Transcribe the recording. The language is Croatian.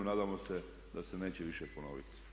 Nadamo se da se neće više ponoviti.